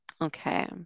Okay